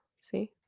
See